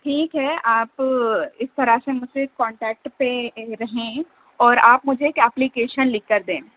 ٹھیک ہے آپ اِس طرح سے مجھ سے کونٹیکٹ پہ رہیں اور آپ مجھے ایک ایپلیکیشن لِکھ کر دیں